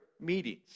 meetings